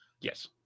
Yes